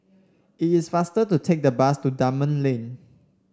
it's faster to take the bus to Dunman Lane